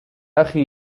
أخي